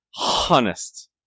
honest